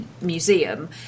museum